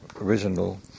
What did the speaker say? original